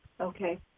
Okay